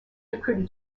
recruited